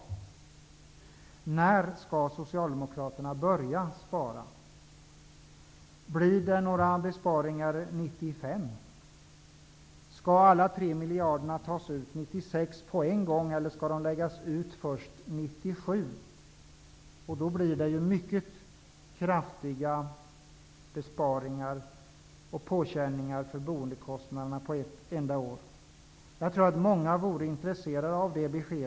När skall Socialdemokraterna börja spara? Blir det några besparingar 1995? Skall alla tre miljarderna tas ut på en gång 1996 eller skall de läggas ut först 1997? Det blir då mycket kraftiga besparingar och belastningar på boendekostnaderna på ett enda år. Jag tror att många vore intresserade av ett besked.